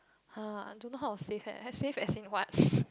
[huh] I don't know how to save eh I save as in what